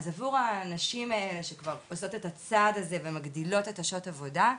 אז עבור הנשים האלה שכבר עושות את הצעד הזה ומגדילות את שעות העבודה,